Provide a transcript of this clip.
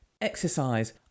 Exercise